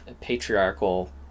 patriarchal